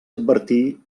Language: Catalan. advertir